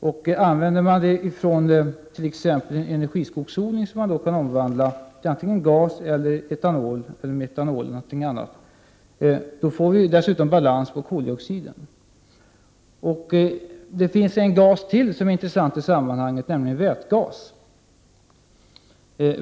Man kan t.ex. använda produkter från energiskogs odling, som kan omvandlas till gas, etanol eller metanol. Vi skulle då Prot. 1988/89:33 dessutom få balans på koldioxiden. 28 november 1988 Det finns ytterligare en gas som är intressant i sammanhanget, nämligen. = ZY oro ojoa gl vätgasen.